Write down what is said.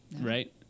right